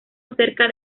acerca